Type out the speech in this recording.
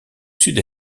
sud